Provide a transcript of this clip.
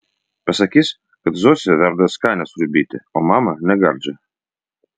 pasakys kad zosė verda skanią sriubytę o mama negardžią